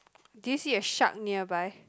do you see a shark nearby